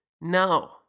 No